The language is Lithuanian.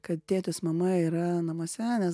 kad tėtis mama yra namuose nes